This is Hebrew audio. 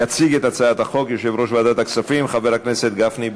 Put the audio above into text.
יציג את הצעת החוק יושב-ראש ועדת הכספים חבר הכנסת גפני.